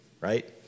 right